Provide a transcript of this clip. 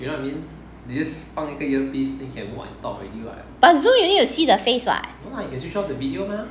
you I mean this is they can talk to you but do you need to see the face [what] light usage of the video mah